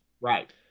right